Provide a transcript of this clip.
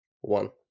One